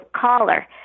caller